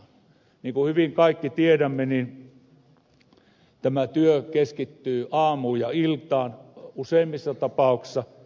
niin kuin hyvin kaikki tiedämme niin tämä työ keskittyy aamuun ja iltaan useimmissa tapauksissa